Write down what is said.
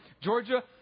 Georgia